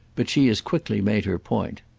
but she as quickly made her point.